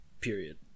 period